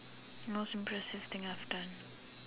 most impressive thing I've done